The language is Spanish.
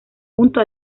junto